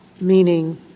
meaning